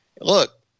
look